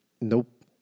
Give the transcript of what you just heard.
Nope